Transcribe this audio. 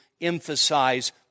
emphasize